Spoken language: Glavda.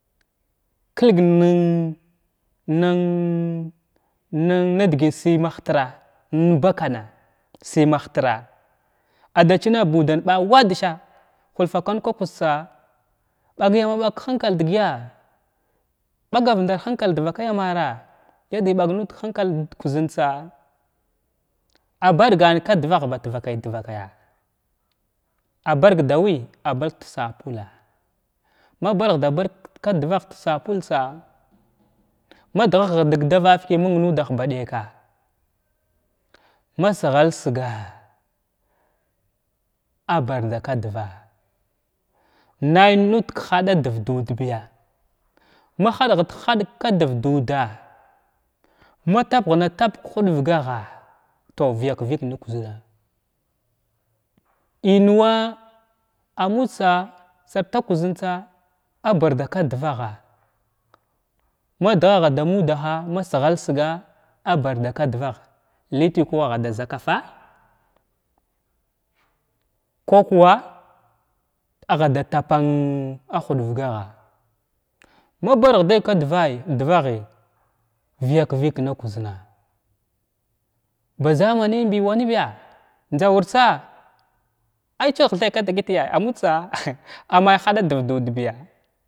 Kəlg nən nən nən nadət səy mah tra in bakana səy ma htra ada chima budan ba wadəsha hulfakwan ka kuztsa ɓagyama ɓag ka hənkal dgya ɓagar nadar hənkal dvakaya amma ra yadəy ɓag nud kahənkal da kuʒantsa a ɓargan ka dvagh ba trakay trakayya a ɓarg dawa a barg da sapulha ma ɓarg da barg ka dvagh da sapul tsa ma dhahadəg davakəy məng nudah ba ɗaka’a ma ghəl siga’a a barda kadvagha nay nud ka hagadav duudtiya ma haggan haɗg duv duda ma tapghəna tapg ka hudvghaha tow vəyak vəg na kuzzəna inwa ammud tsa sarta kuzzəntsa a barda ka dvagha madgh gha damudaha ma shəl siga a barda ka dvagha huti kuwa agha a zakafa’a kwa kiya agha da dappan a hug vghaha ma bar day ka dvay dvayghəy vəyak vəg na kuzʒan ba zama nən bi wanbiya njza waurtsa aychathay kdətya ammud tsa ammay haɗ div dudbiya.